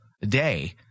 day